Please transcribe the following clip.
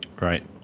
Right